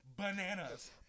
bananas